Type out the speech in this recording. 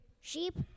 Sheep